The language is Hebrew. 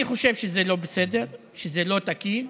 אני חושב שזה לא בסדר, שזה לא תקין.